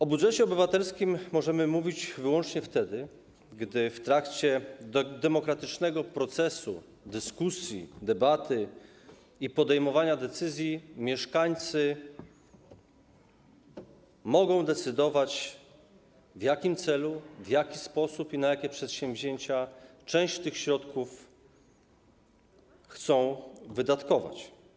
O budżecie obywatelskim możemy mówić wyłącznie wtedy, gdy w trakcie demokratycznego procesu, dyskusji, debaty i podejmowania decyzji mieszkańcy mogą decydować, w jakim celu, w jaki sposób i na jakie przedsięwzięcia część tych środków chcą wydatkować.